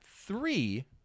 three